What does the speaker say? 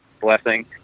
Blessing